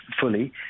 fully